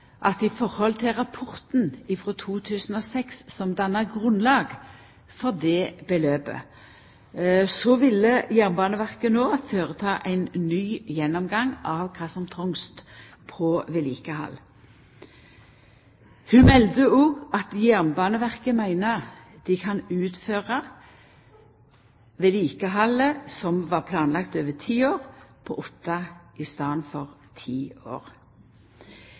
at i høve til rapporten frå 2006 som danna grunnlag for det beløpet, ville Jernbaneverket no føreta ein ny gjennomgang av kva som trongst av vedlikehald. Ho melde òg at Jernbaneverket meiner at dei kan utføra vedlikehaldet som var planlagt over ti år, på åtte år i staden for ti.